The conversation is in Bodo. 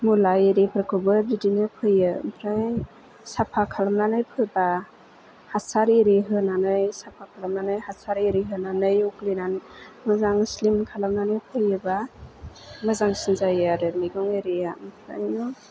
मुला एरिफोरखौबो बिदिनो फोयो आमफ्राय साफा खालामनानै फोबा हासार एरि होनानै साफा खालामनानै हासार एरि होनानै एवग्लिनानै मोजां स्लिम खालामनानै फोयोबा मोजांसिन जायो आरो मैगं एरिया ओमफ्रायो